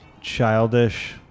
Childish